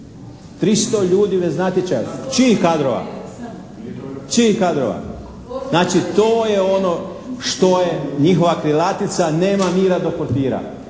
300 ljudi bez natječaja. Čijih kadrova? Znači to je ono što je njihova krilatica "nema mira do portira."